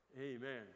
Amen